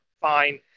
fine